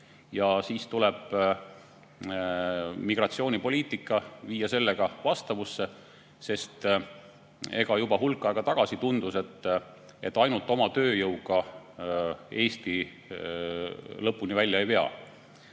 ja siis tuleb migratsioonipoliitika viia sellega vastavusse. Juba hulk aega tagasi tundus, et ainult oma tööjõuga Eesti lõpuni välja ei